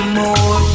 more